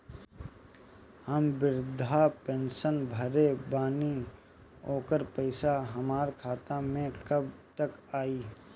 हम विर्धा पैंसैन भरले बानी ओकर पईसा हमार खाता मे कब तक आई?